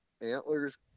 antlers